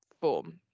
form